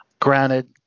Granted